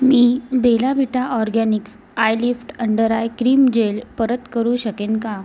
मी Bella Vita Organics eyelift under eye cream gel परत करू शकेन का